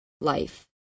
life